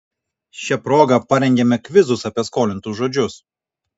šia proga parengėme kvizus apie skolintus žodžius